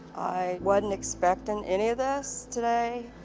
i wasn't expecting any of this today.